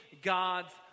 God's